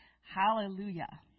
Hallelujah